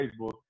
Facebook